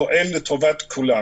פועל לטובת כולם